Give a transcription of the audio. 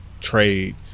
trade